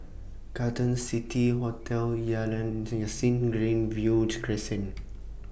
Carlton City Hotel Yalan Sing Greenview Crescent